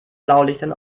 blaulichtern